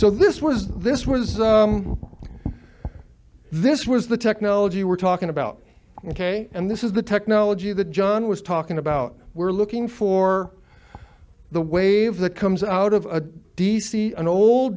so this was this was this was the technology we're talking about ok and this is the technology that john was talking about we're looking for the wave the comes out of a d c an old